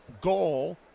goal